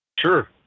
Sure